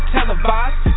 televised